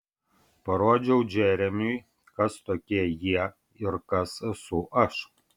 parodžiau džeremiui kas tokie jie ir kas esu aš